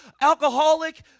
alcoholic